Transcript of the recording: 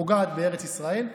פוגעת בארץ ישראל.